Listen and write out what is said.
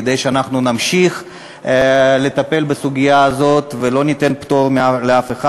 כדי שאנחנו נמשיך לטפל בסוגיה הזאת ולא ניתן פטור לאף אחד.